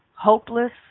hopeless